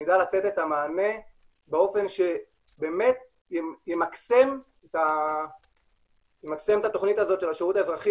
שנדע לתת את המענה באופן שבאמת ימקסם את התוכנית הזאת של השירות האזרחי